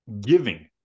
Giving